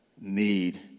Need